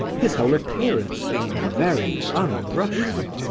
his whole appearance being very un-russian.